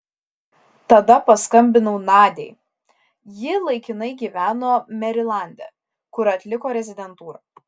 tada paskambinau nadiai ji laikinai gyveno merilande kur atliko rezidentūrą